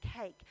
cake